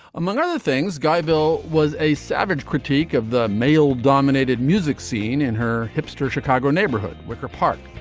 among other things. guy bill was a savage critique of the male dominated music scene in her hipster chicago neighborhood. wicker park.